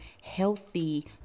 healthy